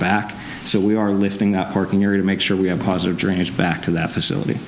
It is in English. back so we are lifting that parking area to make sure we have positive drainage back to that facility